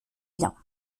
biens